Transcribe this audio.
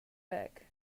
back